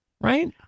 right